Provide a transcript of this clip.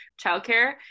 childcare